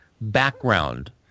background